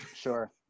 Sure